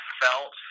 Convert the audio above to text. felt